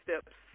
steps